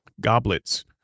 goblets